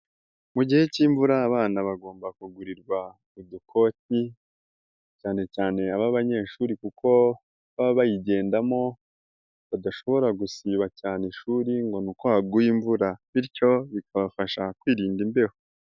Mu gihe k'imvura abana bagomba kugurirwa udukoti cyane cyane ab'abanyeshuri kuko baba bayigendamo badashobora gusiba cyane ishuri ngo ni uko haguye imvura, bityo bikabafasha kwirinda imbeho.